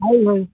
ହଉ ହଉ